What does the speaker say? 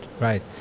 Right